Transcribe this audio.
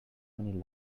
many